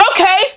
Okay